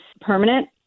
permanent